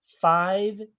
five